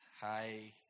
Hi